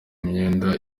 imyenda